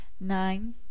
nine